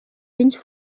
vins